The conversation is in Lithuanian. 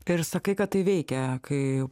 ir sakai kad tai veikia kai